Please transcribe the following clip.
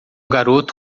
garoto